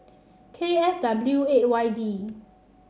K F W eight Y D